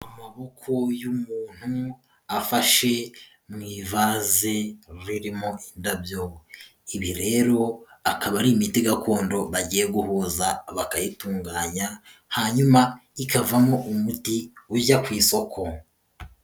Amaboko y'umuntu afashe mu ivaze ririmo indabyo, ibi rero akaba ari imiti gakondo bagiye guhuza bakayitunganya hanyuma ikavamo umuti ujya ku isoko.